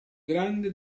grande